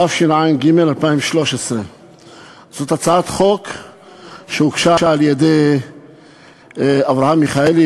התשע"ג 2013. זאת הצעת חוק שהוגשה על-ידי אברהם מיכאלי,